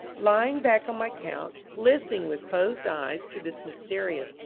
lying back on my couch, listening with closed eyes to this mysterious,